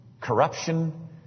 corruption